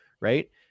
right